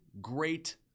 great